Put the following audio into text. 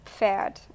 Pferd